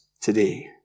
today